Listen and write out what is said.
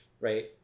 right